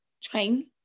train